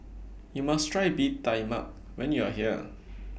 YOU must Try Bee Tai Mak when YOU Are here